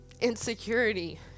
insecurity